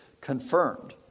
confirmed